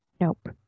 Nope